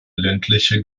ländliche